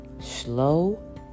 slow